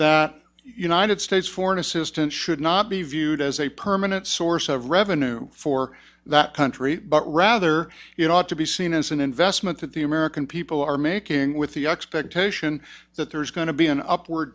the united states foreign assistance should not be viewed as a permanent source of revenue for that country but rather it ought to be seen as an investment that the american people are making with the expectation that there's going to be an up